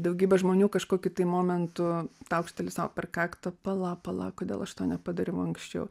daugybė žmonių kažkokiu momentu taukšteli sau per kaktą pala pala kodėl aš to nepadariau anksčiau